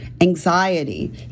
anxiety